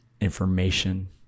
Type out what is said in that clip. information